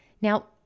Now